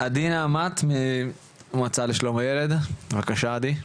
עדי נעמת, מהמועצה לשלום הילד, בבקשה עדי.